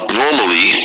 normally